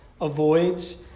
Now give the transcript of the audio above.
avoids